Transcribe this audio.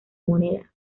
monedas